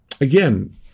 again